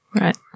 Right